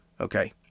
Okay